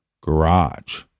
garage